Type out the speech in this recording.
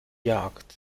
jagd